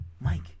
Mike